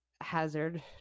hazard